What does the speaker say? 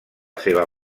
seva